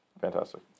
Fantastic